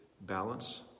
balance